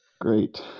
Great